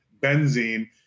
benzene